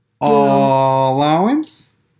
Allowance